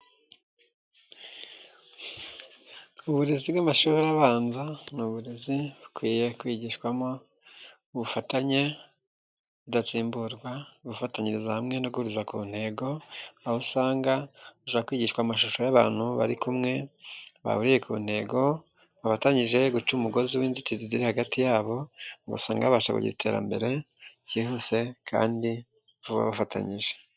Uburezi bw'amashuri abanza ni uburezi bukwiye kwigishwamo ubufatanye budatsimburwa, gufatanyiriza hamwe no guhuriza ku ntego aho usanga habasha kwigishwa amashusho y'abantu bari kumwe bahuriye ku ntego bafatanyije yo guca umugozi w'inzitizi ziri hagati yabo ngo usanga babasha kugira iterambere ryihuse kandi vuba bafatanyije.